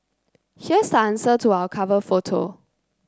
here's the answer to our cover photo